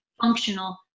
functional